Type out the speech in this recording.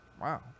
wow